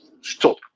stop